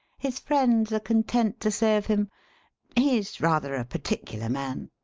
his friends are content to say of him he's rather a particular man.